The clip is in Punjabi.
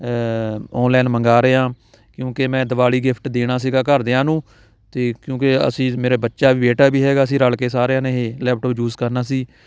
ਔਨਲਾਈਨ ਮੰਗਵਾ ਰਿਹਾ ਹਾਂ ਕਿਉਂਕਿ ਮੈਂ ਦਿਵਾਲੀ ਗਿਫ਼ਟ ਦੇਣਾ ਸੀਗਾ ਘਰਦਿਆਂ ਨੂੰ ਅਤੇ ਕਿਉਂਕਿ ਅਸੀਂ ਮੇਰੇ ਬੱਚਾ ਵੀ ਬੇਟਾ ਵੀ ਹੈਗਾ ਸੀ ਰਲ ਕੇ ਸਾਰਿਆਂ ਨੇ ਇਹ ਲੈਪਟੋਪ ਯੂਜ਼ ਕਰਨਾ ਸੀ